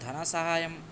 धनसाहाय्यम्